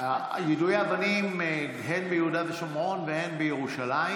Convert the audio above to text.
יידויי אבנים הן ביהודה ושומרון והן בירושלים.